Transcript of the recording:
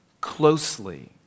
closely